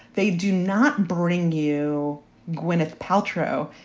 they do not bring you gwyneth paltrow.